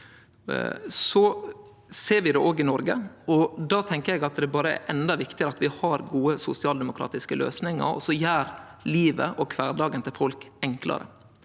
vi ser det òg i Noreg, då tenkjer eg at det berre er endå viktigare at vi har gode sosialdemokratiske løysingar som gjer livet og kvardagen til folk enklare.